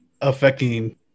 affecting